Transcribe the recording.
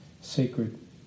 sacred